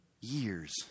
years